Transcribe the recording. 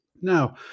Now